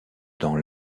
dans